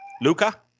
Luca